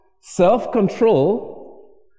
self-control